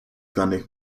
danych